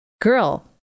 Girl